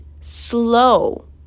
slow